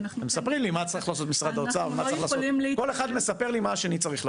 אנחנו לא יכולים --- כל אחד מספר לי מה השני צריך לעשות.